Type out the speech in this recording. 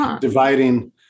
dividing